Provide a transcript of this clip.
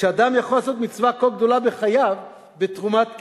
שאדם יכול לעשות מצווה כה גדולה בחייו בתרומת כליה,